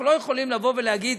אנחנו לא יכולים לבוא ולהגיד: